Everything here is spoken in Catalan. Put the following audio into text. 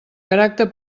caràcter